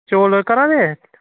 चौल घरा दे